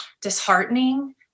disheartening